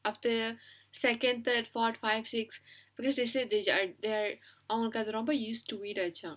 after second third fourth five six because they said these are their அவங்களுக்கு அது ரொம்ப:avangalukku athu romba used to it ஆயிடுச்சாம்:aayiduchaam